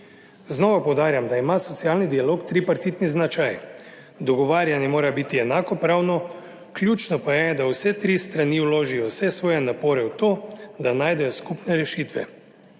Znova poudarjam, da ima socialni dialog tripartitni značaj – dogovarjanje mora biti enakopravno, ključno pa je, da vse tri strani vložijo vse svoje napore v to, da najdejo skupne rešitve.